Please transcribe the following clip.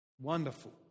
wonderful